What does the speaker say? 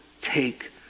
take